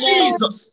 Jesus